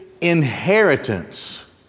inheritance